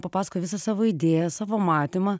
papasakojo visas savo idėjas savo matymą